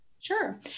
Sure